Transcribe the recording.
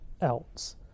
else